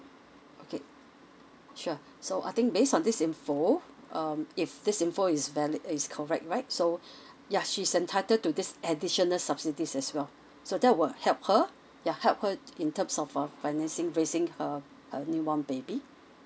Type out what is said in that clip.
okay sure so I think based on this info um if this info is valid is correct right so ya she's entitled to this additional subsidies as well so that will help her ya help her in terms of uh financing raising her her newborn baby